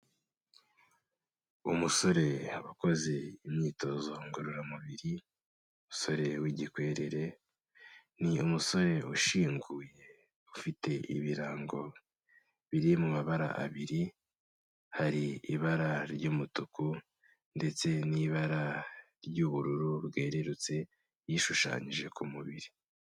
Umusore wakoze imyitozo ngororamubiri, umusore w'igikwerere ni umusore ushinguye ufite ibirango biri mu mabara abiri, hari ibara ry'umutuku ndetse n'ibara ry'ubururu bwererutse bishushanyije ku mubiri.